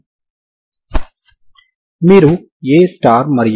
uxt uxt f00 మీరు చేసింది అదే